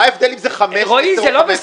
מה ההבדל אם זה --- רועי, זה לא בסדר.